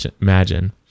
imagine